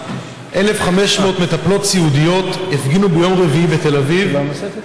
1,500 מטפלות סיעודיות הפגינו ביום רביעי בתל אביב